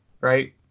right